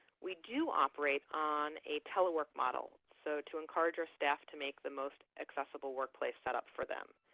we do operate on a telework model so to encourage our staff to make the most accessible workplace set up for them.